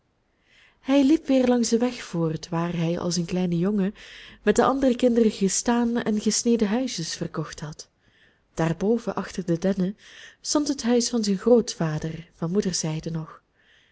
hij liep weer langs den weg voort waar hij als een kleine jongen met de andere kinderen gestaan en gesneden huisjes verkocht had daar boven achter de dennen stond het huis van zijn grootvader van moederszijde nog